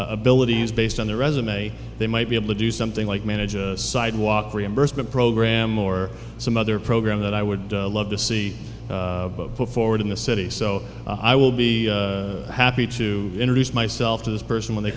abilities based on their resume they might be able to do something like manage a sidewalk reimbursement program or some other program that i would love to see forward in the city so i will be happy to introduce myself to this person when they